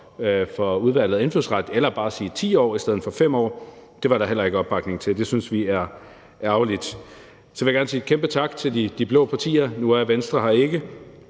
for Indfødsretsudvalget, eller bare sige 10 år i stedet for 5 år. Men det var der heller ikke opbakning til; det synes vi er ærgerligt. Så vil jeg gerne sige en kæmpe tak til de blå partier. Nu er Venstre her ikke,